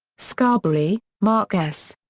scarberry, mark s.